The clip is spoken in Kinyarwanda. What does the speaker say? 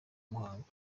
muhango